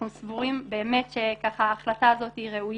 אנחנו סבורים שההחלטה הזו ראויה.